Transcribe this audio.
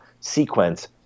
sequence